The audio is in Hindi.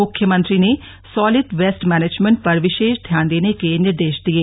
मुख्यमंत्री ने सॉलिड वेस्ट मैनेजमेंट पर विशेष ध्यान देने के निर्देश दिये